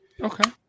Okay